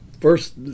first